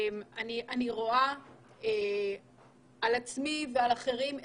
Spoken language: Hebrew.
אני רואה את ההשפעות הנפשיות שיש לך על עצמי ועל אחרים.